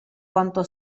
quanto